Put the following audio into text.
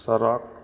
सड़क